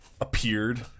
appeared